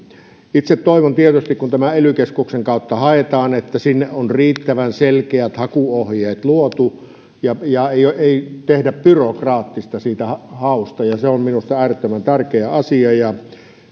itse toivon tietysti kun tämä ely keskuksen kautta haetaan että sinne on riittävän selkeät hakuohjeet luotu ja ja ei tehdä hausta byrokraattista ja se on minusta äärettömän tärkeä asia ja